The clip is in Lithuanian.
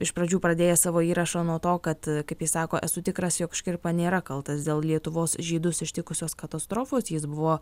iš pradžių pradėjęs savo įrašą nuo to kad kaip jis sako esu tikras jog škirpa nėra kaltas dėl lietuvos žydus ištikusios katastrofos jis buvo